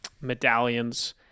medallions